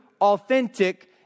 authentic